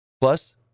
Plus